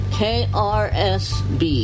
krsb